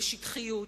בשטחיות,